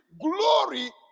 glory